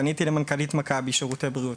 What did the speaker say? פניתי למנכ"לית מכבי שירותי בריאות.